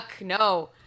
no